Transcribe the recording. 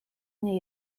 nie